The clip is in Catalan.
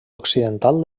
occidental